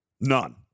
None